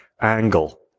angle